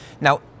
Now